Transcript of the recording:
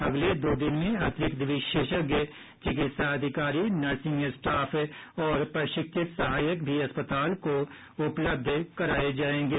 अगले दो दिन में अतिरिक्त विशेषज्ञ चिकित्सा अधिकारी नर्सिंग स्टाफ और प्रशिक्षित सहायक भी अस्पताल को उपलब्ध कराए जाएंगे